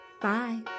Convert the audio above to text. Bye